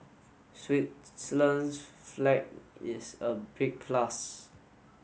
Switzerland's flag is a big plus